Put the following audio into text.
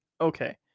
Okay